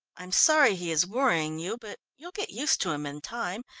i'm sorry he is worrying you, but you'll get used to him in time,